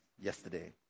yesterday